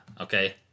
Okay